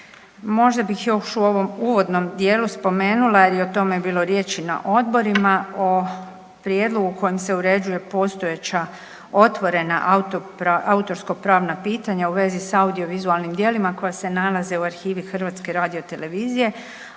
Možda bih još u ovom uvodnom dijelu spomenula jer je o tome bilo riječi na odborima o prijedlogu kojim se uređuje postojeća otvorena autorsko pravna pitanja u vezi s audiovizualnim djelima koja se nalaze u arhivi HRT-a, a koja